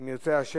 אם ירצה השם,